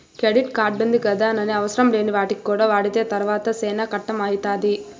credit కార్డుంది గదాని అవసరంలేని వాటికి కూడా వాడితే తర్వాత సేనా కట్టం అయితాది